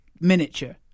miniature